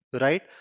Right